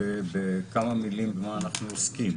בכמה מילים במה אנחנו עוסקים.